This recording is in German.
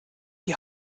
die